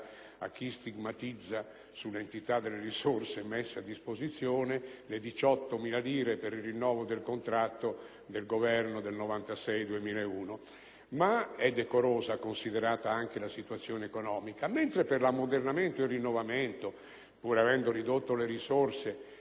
di chi stigmatizza l'entità delle risorse messe a disposizione le 18.000 lire per il rinnovo del contratto fissate dal Governo del 1996-2001), considerata anche la situazione economica attuale, per l'ammodernamento ed il rinnovamento pur avendo ridotto le risorse